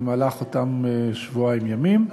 באותם שבועיים ימים,